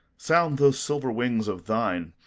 sound those silver wings of thine,